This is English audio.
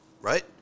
right